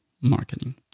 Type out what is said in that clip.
marketing